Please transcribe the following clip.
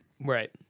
right